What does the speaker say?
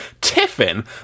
Tiffin